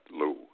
Lou